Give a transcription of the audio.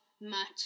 match